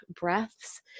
breaths